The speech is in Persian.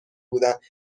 بودند